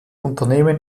unternehmen